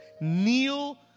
kneel